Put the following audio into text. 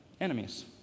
enemies